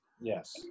Yes